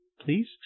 please